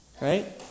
Right